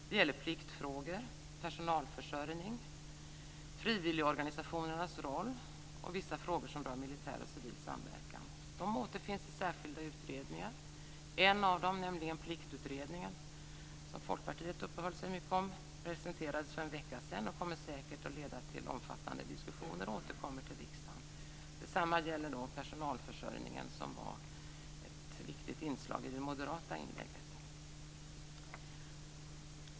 Det gäller pliktfrågor, personalförsörjning, frivilligorganisationernas roll och vissa frågor som rör militär och civil samverkan. De återfinns i särskilda utredningar. En av dem, nämligen Pliktutredningen, som Folkpartiets representant uppehöll sig mycket vid, presenterades för en vecka sedan och kommer säkert att leda till omfattande diskussioner, och frågan återkommer till riksdagen. Detsamma gäller personalförsörjningen, som var ett viktigt inslag i det moderata inlägget.